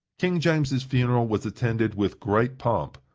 king james's funeral was attended with great pomp.